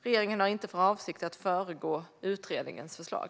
Regeringen har inte för avsikt att föregå utredningens förslag.